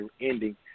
ending